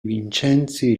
vincenzi